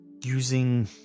using